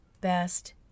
best